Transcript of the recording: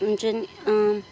हुन्छ नि